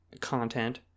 content